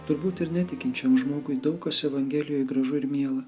turbūt ir netikinčiam žmogui daug kas evangelijoj gražu ir miela